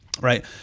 Right